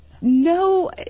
No